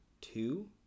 two